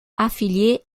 affilié